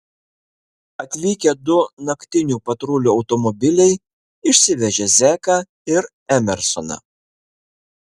atvykę du naktinių patrulių automobiliai išsivežė zeką ir emersoną